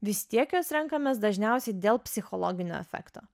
vis tiek juos renkamės dažniausiai dėl psichologinio efekto